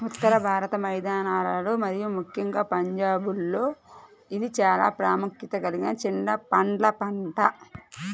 ఉత్తర భారత మైదానాలలో మరియు ముఖ్యంగా పంజాబ్లో ఇది చాలా ప్రాముఖ్యత కలిగిన చిన్న పండ్ల పంట